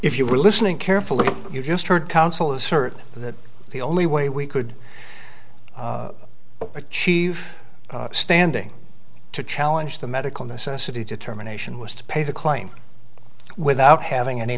if you were listening carefully you just heard counsel assert that the only way we could achieve standing to challenge the medical necessity determination was to pay the claim without having any